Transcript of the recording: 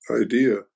idea